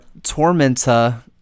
Tormenta